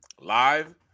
live